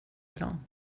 plan